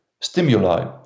stimuli